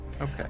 Okay